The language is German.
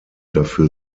dafür